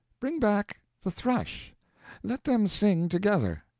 bring back the thrush let them sing together.